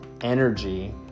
energy